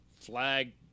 flag